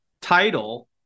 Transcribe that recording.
title